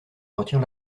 retire